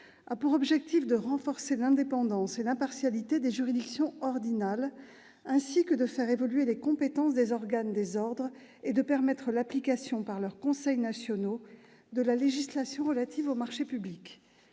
a pour objectif de renforcer l'indépendance et l'impartialité des juridictions ordinales, ainsi que de faire évoluer les compétences des organes des ordres et permettre l'application par leurs conseils nationaux de la législation ayant trait aux marchés publics.